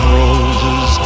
roses